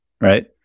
Right